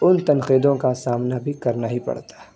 ان تنقیدوں کا سامنا بھی کرنا ہی پڑتا ہے